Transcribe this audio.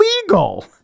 legal